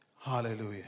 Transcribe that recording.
Hallelujah